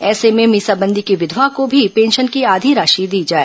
ऐसे में मीसाबंदी की विधवा को भी पेंशन की आधी राशि दी जाए